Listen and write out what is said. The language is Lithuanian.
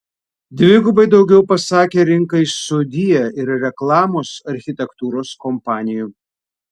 dvigubai daugiau pasakė rinkai sudie ir reklamos architektūros kompanijų